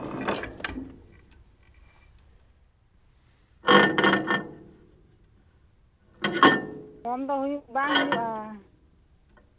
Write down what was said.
phone ᱫᱚ ᱦᱩᱭᱩᱜ ᱵᱟᱝ ᱦᱩᱭᱩᱜᱼᱟ